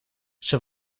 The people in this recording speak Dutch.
zij